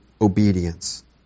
obedience